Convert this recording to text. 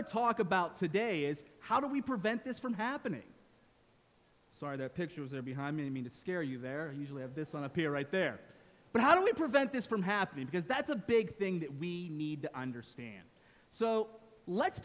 to talk about today is how do we prevent this from happening so are there pictures there behind me that scare you they're usually have this on a peer right there but how do we prevent this from happening because that's a big thing that we need to understand so let's